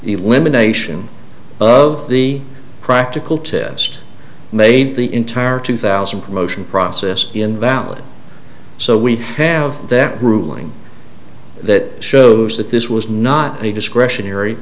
elimination of the practical test made the entire two thousand promotion process invalid so we have that ruling that shows that this was not a discretionary